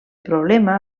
problema